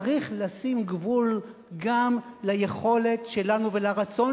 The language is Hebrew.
צריך לשים גבול גם ליכולת שלנו ולרצון